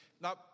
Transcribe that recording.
Now